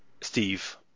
Steve